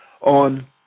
on